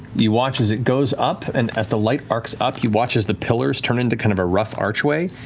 you watch as it goes up, and as the light arcs up, you watch as the pillars turn into kind of a rough archway,